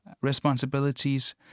responsibilities